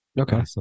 Okay